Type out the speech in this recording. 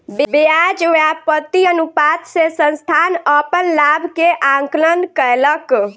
ब्याज व्याप्ति अनुपात से संस्थान अपन लाभ के आंकलन कयलक